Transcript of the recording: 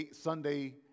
Sunday